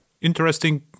interesting